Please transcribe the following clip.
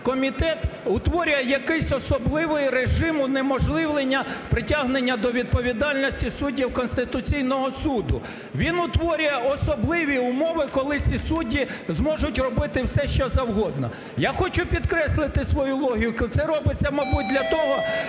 комітет утворює якийсь особливий режим унеможливлення притягнення до відповідальності суддів Конституційного Суду. Він утворює особливі умови, коли ці судді зможуть робити все, що завгодно. Я хочу підкреслити свою логіку: це робиться, мабуть, для того,